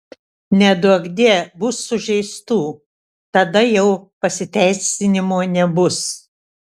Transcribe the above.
neduokdie bus sužeistų tada jau pasiteisinimo nebus